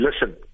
Listen